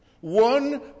one